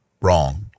wrong